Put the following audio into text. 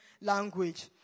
language